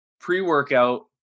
pre-workout